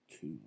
two